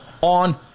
on